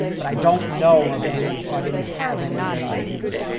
but i don't know of any, so i didn't have any that i used.